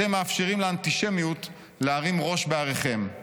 אתם מאפשרים לאנטישמיות להרים ראש בעריכם.